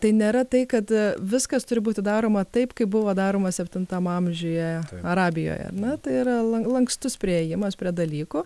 tai nėra tai kad viskas turi būti daroma taip kaip buvo daroma septintam amžiuje arabijoje na tai yra lan lankstus priėjimas prie dalykų